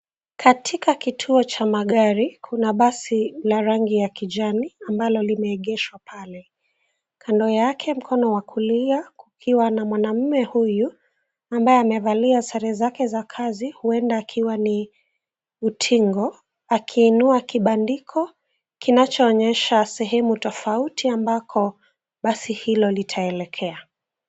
Katika kituo cha magari, kuna basi la rangi ya kijani, ambalo limeegeshwa pale. Kando yake, mkono wa kulia, kukiwa na mwanaume huyu, ambaye amevalia sare zake za kazi, huenda akiwa ni utingo, akiinua kibandiko, kinachoonyesha sehemu tofauti, ambako basi hilo litaelekea.